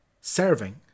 serving